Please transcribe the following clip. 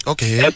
Okay